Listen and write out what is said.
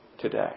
today